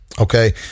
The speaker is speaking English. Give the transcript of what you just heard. okay